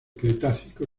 cretácico